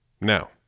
Now